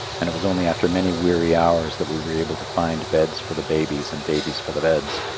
and it was only after many weary hours that we were able to find beds for the babies and babies for the beds.